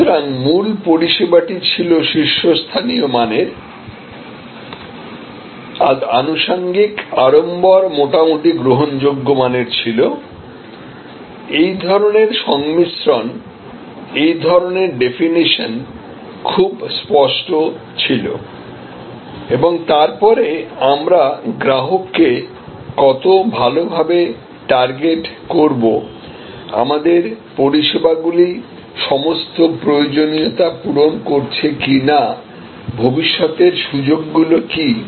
সুতরাং মূল পরিষেবাটি ছিল শীর্ষস্থানীয় মানের আনুষঙ্গিক আড়ম্বর মোটামুটি গ্রহণযোগ্য মানের ছিলএই ধরণের সংমিশ্রণ এই ধরণের ডেফিনেশন খুব স্পষ্ট ছিল এবং তারপরে আমরা গ্রাহককে কত ভালোভাবে টার্গেট করবআমাদের পরিষেবাগুলি সমস্ত প্রয়োজনীয়তা পূরণ করছে কিনা ভবিষ্যতের সুযোগগুলি কী